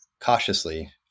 cautiously